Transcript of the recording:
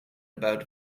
about